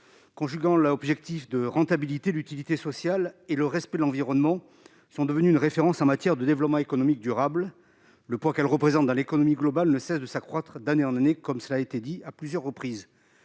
Conjuguant l'objectif de rentabilité, l'utilité sociale et le respect de l'environnement, l'ESS est devenue une référence en matière de développement économique durable. Le poids qu'elle représente dans l'économie globale ne cesse de s'accroître d'année en année. Mon département, les Hautes-Alpes,